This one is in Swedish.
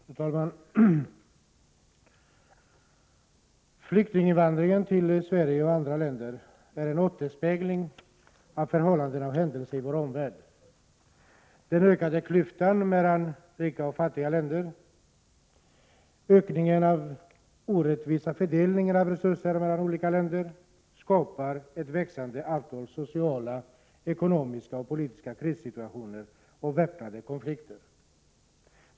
Fru talman! Flyktinginvandringen till Sverige och andra länder är en återspegling av förhållanden och händelser i vår omvärld. Den ökade klyftan mellan rika och fattiga länder, den alltmer orättvisa fördelningen av resurser, skapar ett växande antal sociala, ekonomiska och politiska krissituationer och väpnade konflikter.